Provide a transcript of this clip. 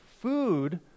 food